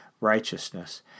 righteousness